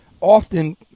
often